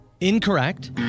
incorrect